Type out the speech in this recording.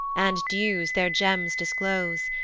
and dews their gems disclose,